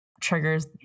triggers